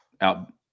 out